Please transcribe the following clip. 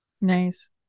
Nice